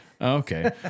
Okay